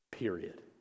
period